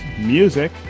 music